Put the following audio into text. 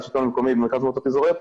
לשלטון המקומי ומרכז המועצות האזוריות,